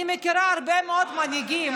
אני מכירה הרבה מאוד מנהיגים,